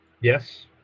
Yes